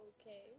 Okay